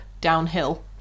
downhill